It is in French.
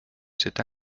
cette